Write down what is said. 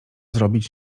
zrobić